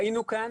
ראינו כאן